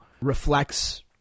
reflects